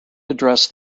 address